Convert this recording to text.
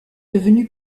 devenu